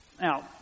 Now